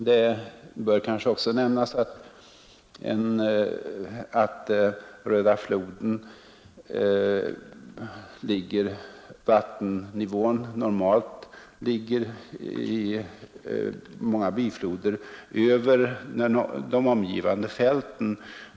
Det bör kanske också nämnas att vattennivån i många av Röda flodens bifloder normalt ligger över de omgivande fälten.